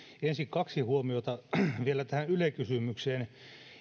ensin kaksi huomiota vielä tähän yle kysymykseen